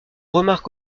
remarque